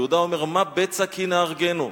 יהודה אומר: "מה בצע כי נהרגנו",